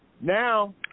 Now